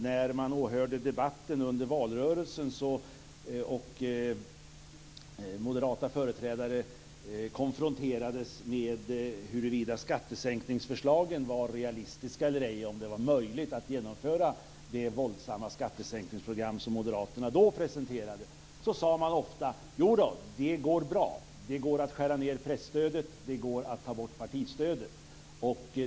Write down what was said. När man åhörde debatten under valrörelsen och moderata företrädare konfronterades med huruvida skattesänkningsförslagen var realistiska eller ej, dvs. om det var möjligt att genomföra det våldsamma skattesänkningsprogram som moderaterna då presenterade, så sade man ofta: Jodå, det går bra; det går att skära ned presstödet, och det går att ta bort partistödet!